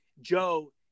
Joe